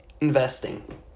investing